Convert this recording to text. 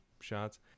shots